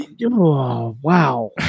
Wow